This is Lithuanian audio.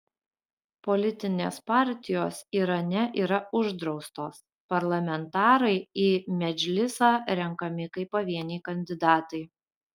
politinės partijos irane yra uždraustos parlamentarai į medžlisą renkami kaip pavieniai kandidatai